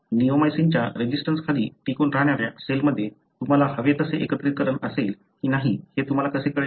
निओमायसिनच्या resistance खाली टिकून राहणाऱ्या सेलमध्ये तुम्हाला हवे तसे एकत्रीकरण असेल की नाही हे तुम्हाला कसे कळेल